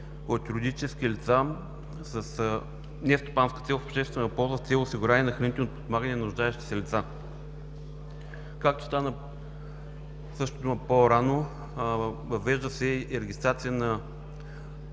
от юридически лица с нестопанска цел в обществена полза с цел осигуряване на хранително подпомагане на нуждаещите се лица. Както стана дума по-рано, въвежда се и регистрация на